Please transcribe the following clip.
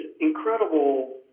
incredible